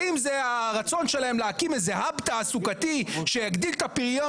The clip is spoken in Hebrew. האם זה הרצון שלהם להקים איזה האבּ תעסוקתי שיגדיל את הפריון